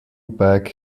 back